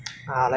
ah 对